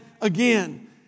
again